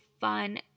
fun